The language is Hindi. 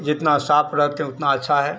जितना साफ रखे उतना अच्छा है